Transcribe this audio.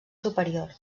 superior